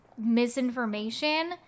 misinformation